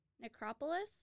necropolis